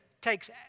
takes